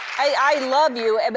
i love you. and